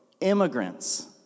immigrants